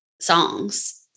songs